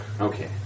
Okay